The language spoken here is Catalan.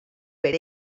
per